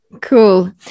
Cool